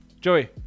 Joey